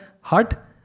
hut